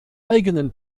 eigenen